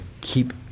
keep